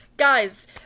Guys